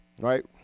Right